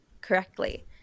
correctly